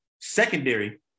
secondary